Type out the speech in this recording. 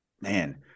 man